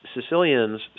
Sicilians